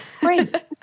Great